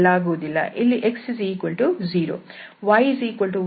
ಇಲ್ಲಿ x0 y1 t ಹಾಗೂ zt